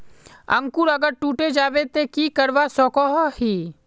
अंकूर अगर टूटे जाबे ते की करवा सकोहो ही?